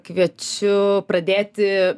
kviečiu pradėti